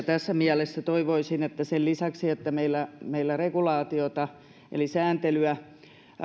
tässä mielessä toivoisin että sen lisäksi että meillä meillä regulaatiota eli sääntelyä